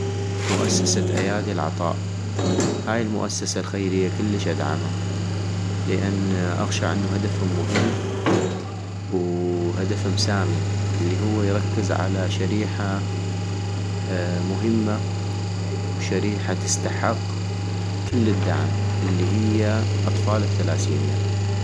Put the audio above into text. مؤسسة ايادي العطاء ، هاي المؤسسة الخيرية كلش ادعما ، لان اغشع انو هدفم مهم وهدفم سامي الي هو يركز على شريحة مهمة وشريحة تستحق كل الدعم ، الي هي أطفال الثلاسيميا